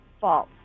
False